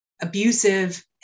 abusive